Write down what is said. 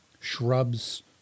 shrubs